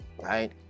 right